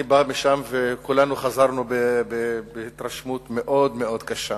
אני בא משם, וכולנו חזרנו בהתרשמות מאוד מאוד קשה